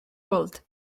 world